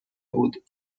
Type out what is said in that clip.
بود